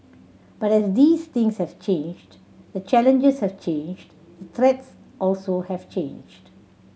but as these things have changed the challenges have changed the threats also have changed